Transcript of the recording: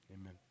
Amen